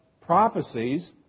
prophecies